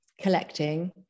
collecting